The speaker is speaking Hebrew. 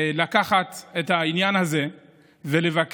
לקחת את העניין הזה ולבקש